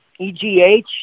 EGH